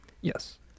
Yes